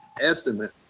estimate